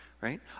right